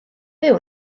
byw